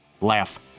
Laugh